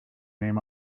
name